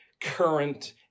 current